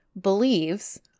believes